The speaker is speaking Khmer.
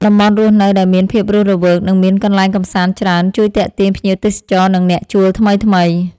តំបន់រស់នៅដែលមានភាពរស់រវើកនិងមានកន្លែងកម្សាន្តច្រើនជួយទាក់ទាញភ្ញៀវទេសចរនិងអ្នកជួលថ្មីៗ។